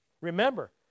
Remember